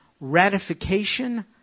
ratification